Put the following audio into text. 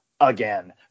again